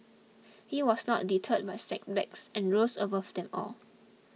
he was not deterred by setbacks and rose above them all